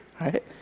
right